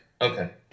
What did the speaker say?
Okay